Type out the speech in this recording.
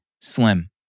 slim